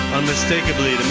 unmistakably